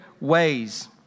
ways